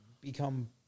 become